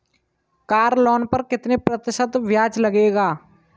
Car loan पर कितने प्रतिशत ब्याज लगेगा?